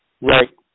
Right